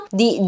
di